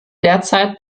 derzeit